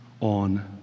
on